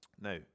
Now